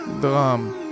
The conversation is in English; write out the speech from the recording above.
Drum